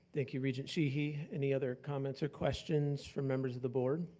thank you, regent sheehy. any other comments or questions from members of the board?